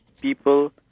people